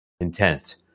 intent